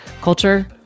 culture